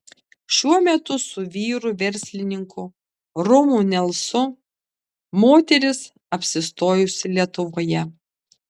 šiuo metu su vyru verslininku romu nelsu moteris apsistojusi lietuvoje